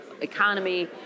economy